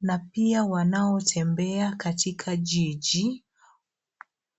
na pia wanaotembea katika jiji.